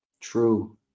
True